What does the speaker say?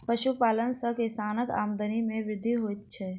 पशुपालन सॅ किसानक आमदनी मे वृद्धि होइत छै